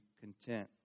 content